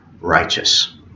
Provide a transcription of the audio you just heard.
righteous